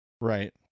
Right